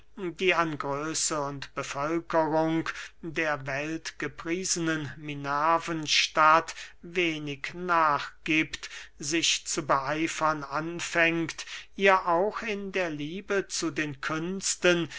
die an größe und bevölkerung der weltgepriesenen minervenstadt wenig nachgiebt sich zu beeifern anfängt ihr auch in der liebe zu den künsten